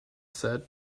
said